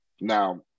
Now